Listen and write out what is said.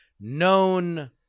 known